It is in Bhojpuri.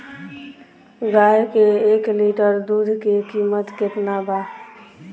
गाय के एक लीटर दुध के कीमत केतना बा?